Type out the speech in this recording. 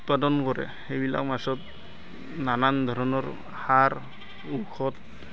উৎপাদন কৰে সেইবিলাক মাছত নানান ধৰণৰ সাৰ ঔষধ